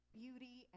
beauty